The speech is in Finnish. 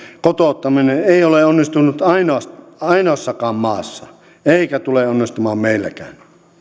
kotouttaminen ei ole onnistunut ainoassakaan maassa eikä tule onnistumaan meilläkään